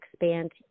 expand